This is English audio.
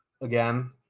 again